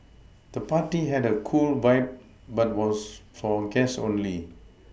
the party had a cool vibe but was for guests only